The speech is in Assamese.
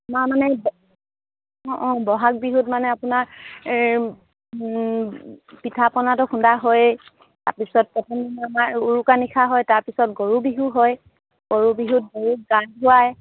আমাৰ মানে অঁ অঁ বহাগ বিহুত মানে আপোনাৰ এই পিঠা পনাটো খুন্দা হয়েই তাৰ পিছত প্ৰথম দিনা আমাৰ উৰুকা নিশা হয় তাৰ পিছত গৰু বিহু হয় গৰু বিহুত গৰুক গা ধুৱাই